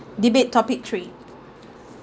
debate topic three